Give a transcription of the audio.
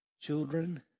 children